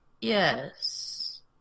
yes